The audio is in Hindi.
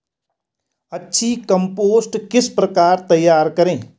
अच्छी कम्पोस्ट किस प्रकार तैयार करें?